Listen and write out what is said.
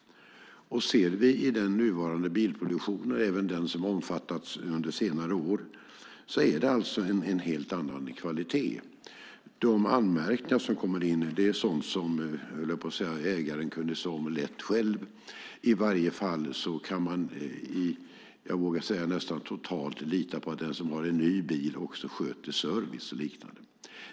Ser vi i den nuvarande bilproduktionen och även den som omfattats under senare år är det en helt annan kvalitet. De anmärkningar som kommer in är sådant som ägaren kunde lätt se om själv. I varje fall kan man nästan totalt lita på att den som har en ny bil också sköter service och liknande.